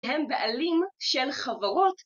הם בעלים של חברות